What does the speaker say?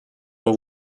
l’on